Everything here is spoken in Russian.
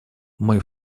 мой